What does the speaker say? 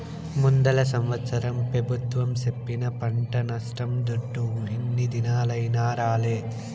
ముందల సంవత్సరం పెబుత్వం సెప్పిన పంట నష్టం దుడ్డు ఇన్ని దినాలైనా రాలే